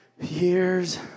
years